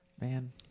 Man